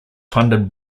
funded